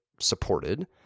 supported